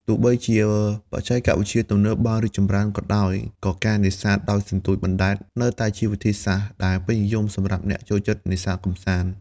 ទោះបីជាបច្ចេកវិទ្យាទំនើបបានរីកចម្រើនក៏ដោយ ក៏ការនេសាទដោយសន្ទូចបណ្ដែតនៅតែជាវិធីសាស្ត្រដែលពេញនិយមសម្រាប់អ្នកចូលចិត្តនេសាទកម្សាន្ត។